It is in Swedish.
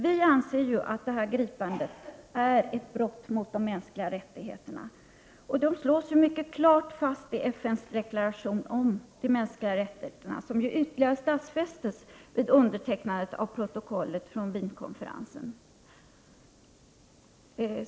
Vi anser att gripandet är ett brott mot de mänskliga rättigheterna. Dessa slås mycket klart fast i FN:s deklaration om de mänskliga rättigheterna som ju ytterligare stadfästes vid undertecknandet av protokollet från Wienkonferensen.